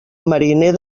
mariner